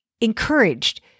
encouraged